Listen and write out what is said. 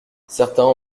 certains